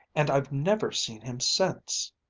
and i've never seen him since.